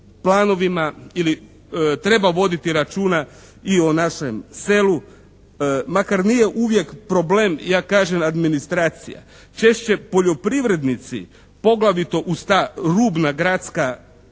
planovima ili treba voditi računa i o našem selu makar nije uvijek problem, ja kažem, administracije. Češće poljoprivrednici poglavito uz ta rubna gradska